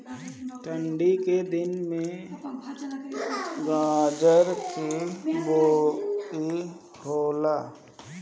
ठन्डी के दिन में गाजर के बोआई होला